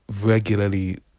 regularly